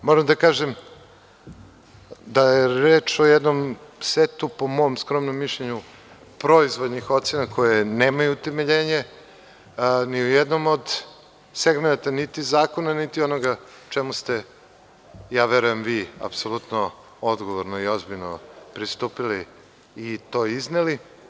Moram da kažem da je reč o jednom setu, po mom skromnom mišljenju, proizvoljnih ocena koje nemaju utemeljenje ni u jednom od segmenata niti zakona, niti onoga čemu ste, ja verujem, vi apsolutno odgovorno i ozbiljno pristupili i to izneli.